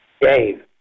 Dave